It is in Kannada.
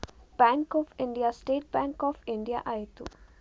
bank of India state bank of India ಆಯಿತು